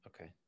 Okay